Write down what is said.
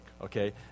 okay